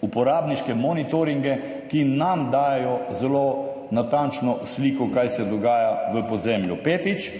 uporabniške monitoringe, ki nam dajejo zelo natančno sliko, kaj se dogaja v podzemlju. Petič.